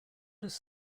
does